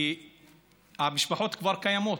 כי המשפחות כבר קיימות.